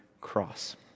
cross